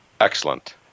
Excellent